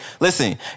Listen